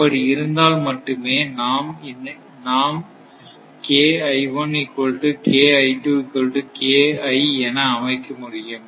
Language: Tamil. அப்படி இருந்தால் மட்டுமே நாம் என அமைக்க முடியும்